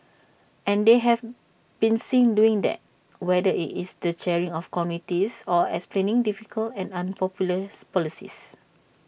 and they have been seen doing that whether IT is the chairing of committees or explaining difficult and unpopular policies